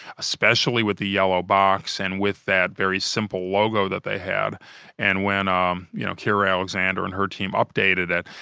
especially with the yellow box, and with that very simple logo that they had and when um you know keira alexandra and her team updated it,